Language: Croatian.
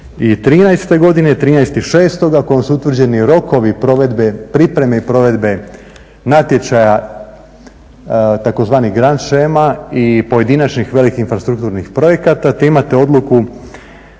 2013. godine, 13.6. kojom su utvrđeni rokovi provedbe, pripreme i provedbe natječaja tzv. grand shema i pojedinačnih velikih infrastrukturnih projekata, te imate odluku